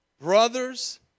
brothers